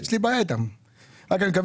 אתה יודע